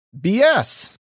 BS